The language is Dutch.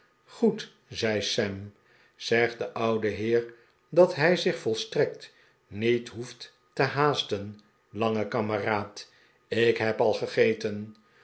goed zei sam zeg den ouden heer dat hij zich volstrekt niet hoeft te haasten lange kameraad ik heb al gegeten